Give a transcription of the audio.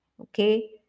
okay